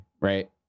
right